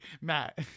Matt